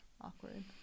Awkward